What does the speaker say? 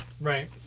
Right